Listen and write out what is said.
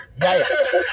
Yes